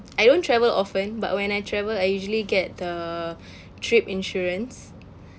I don't travel often but when I travel I usually get the trip insurance